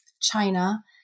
China